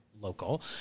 local